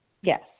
Yes